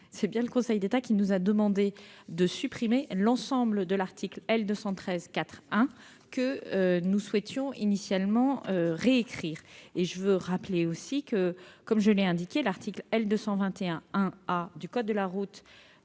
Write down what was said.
c'est bien le Conseil d'État qui nous a demandé de supprimer l'ensemble de l'article L. 213-4-1 que nous souhaitions initialement réécrire. Par ailleurs, comme je l'ai indiqué, l'article L. 221-1 A du code de la route